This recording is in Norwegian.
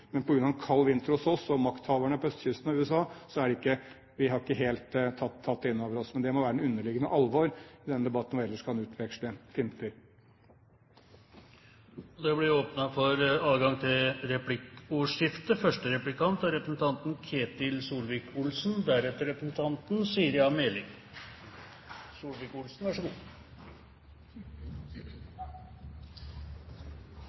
Men på grunn av en kald vinter hos oss og hos makthaverne på østkysten av USA har vi ikke helt tatt det inn over oss. Men det må være det underliggende alvor i denne debatten, hvor vi ellers kan utveksle finter. Det blir replikkordskifte. Statsråden snakker som om Mongstad er et gammelt anlegg som eksisterte før regjeringen overtok, men det er et nytt rød-grønt anlegg, så